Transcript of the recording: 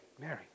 Mary